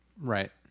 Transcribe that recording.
Right